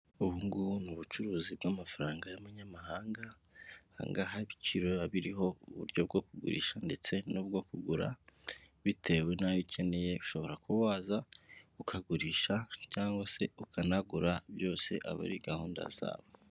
Ubu ngubu ni ubucuruzi bw'amafaranga y'abanyamahangagaha, aha ngaha ibiciro biriho, uburyo bwo kugurisha ndetse n'ubwo kugura bitewe n'ayo ukeneye, ushobora ku waza ukagurisha cyangwa se ukanagura, byose aba ari gahunda zawe.